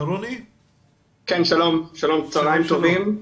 שלום וצוהריים טובים.